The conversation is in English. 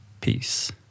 Peace